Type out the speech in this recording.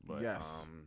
Yes